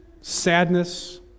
Sadness